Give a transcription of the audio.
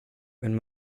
wenn